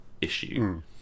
issue